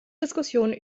diskussion